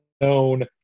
known